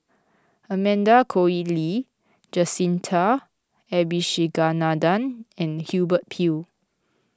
Amanda Koe Lee Jacintha Abisheganaden and Hubert Hill